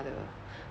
的